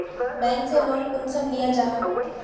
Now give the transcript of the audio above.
Bank से loan कुंसम लिया जाहा?